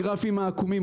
הגרפים העקומים.